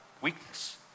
weakness